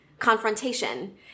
confrontation